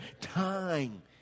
time